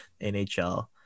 NHL